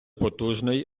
потужний